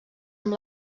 amb